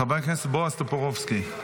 חבר הכנסת בועז טופורובסקי.